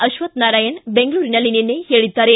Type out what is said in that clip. ಅಕ್ವಥನಾರಾಯಣ ಬೆಂಗಳೂರಿನಲ್ಲಿ ನಿನ್ನೆ ಹೇಳಿದ್ದಾರೆ